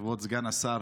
כבוד סגן השר,